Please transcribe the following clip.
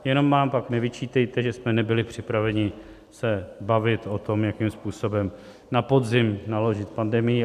Jenom nám pak nevyčítejte, že jsme nebyli připraveni se bavit o tom, jakým způsobem na podzim naložit s pandemií.